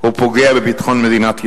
פוגע בביטחון מדינת ישראל.